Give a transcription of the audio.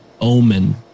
omen